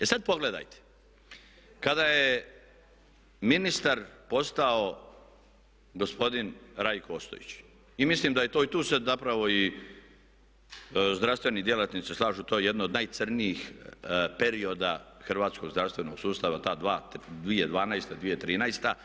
E sada pogledajte, kada je ministar postao gospodin Rajko Ostojić, i mislim da je to i tu se zapravo zdravstveni djelatnici slažu, to je jedno od najcrnijih perioda hrvatskog zdravstvenog sustava ta dva 2012./2013.